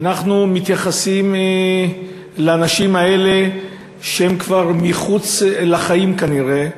שאנחנו מתייחסים לאנשים האלה כאילו שהם כבר מחוץ לחיים כנראה,